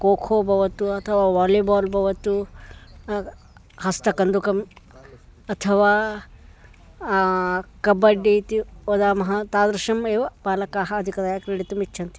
खोखो भवतु अथवा वालिबाल् भवतु हस्तकन्दुकम् अथवा कबड्डि इति वदामः तादृशम् एव बालकाः अधिकतया क्रीडितुम् इच्छन्ति